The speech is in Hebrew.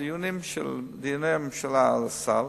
בדיוני הממשלה על הסל,